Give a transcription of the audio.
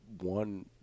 one